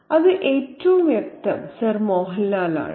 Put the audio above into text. അത് ഏറ്റവും വ്യക്തം സർ മോഹൻലാൽ ആണ്